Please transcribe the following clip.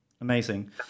Amazing